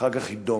ואחר כך יידום.